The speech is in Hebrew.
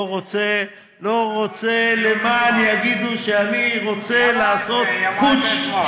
אני לא רוצה, למען לא יגידו שאני רוצה לעשות פוטש.